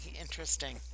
interesting